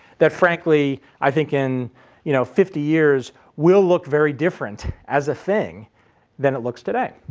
that frankly i think in you know fifty years will look very different as a thing than it looks today.